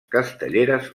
castelleres